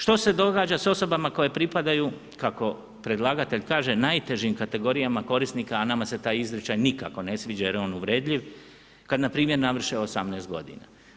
Što se događa sa osobama koje pripadaju kako predlagatelj kaže, najtežim kategorijama korisnika a nama se taj izričaj nikako ne sviđa jer je ov uvredljiv, kad npr. navrše 18 godina?